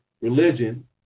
religion